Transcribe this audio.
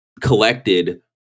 collected